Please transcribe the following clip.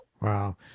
Wow